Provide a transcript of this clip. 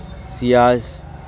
Ciaz